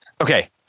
Okay